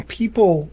people